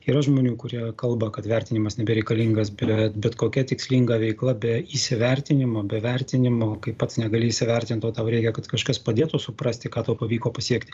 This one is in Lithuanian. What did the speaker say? yra žmonių kurie kalba kad vertinimas nereikalingas bet bet kokia tikslinga veikla be įsivertinimo be vertinimo kaip pats negali įsivertinti o tau reikia kad kažkas padėtų suprasti ką tau pavyko pasiekti